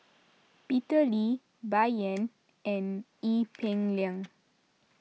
Peter Lee Bai Yan and Ee Peng Liang